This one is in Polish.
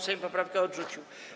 Sejm poprawkę odrzucił.